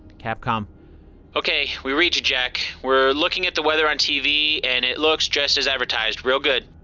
capcom okay. we read you, jack. we're looking at the weather on tv and it looks just as advertised real good.